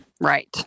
Right